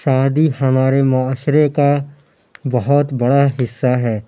شادی ہمارے معاشرے کا بہت بڑا حصہ ہے